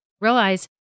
Realize